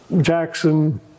Jackson